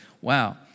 wow